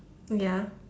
ya